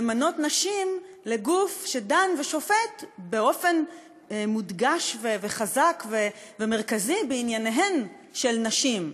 למנות נשים לגוף שדן ושופט באופן מודגש וחזק ומרכזי בענייניהן של נשים.